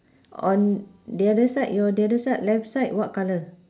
on the other side your the other side left side what colour